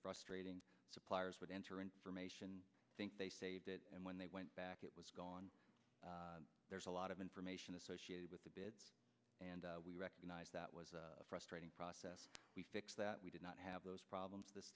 frustrating suppliers would enter information think they did and when they went back it was gone there's a lot of information associated with the bits and we recognize that was a frustrating process we fixed that we did not have those problems this